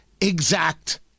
exact